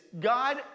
God